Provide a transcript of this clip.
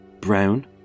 brown